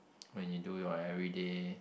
when you do your everyday